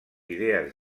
idees